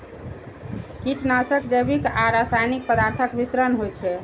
कीटनाशक जैविक आ रासायनिक पदार्थक मिश्रण होइ छै